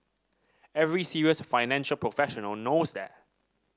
every serious financial professional knows that